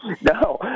No